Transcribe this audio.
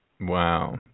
Wow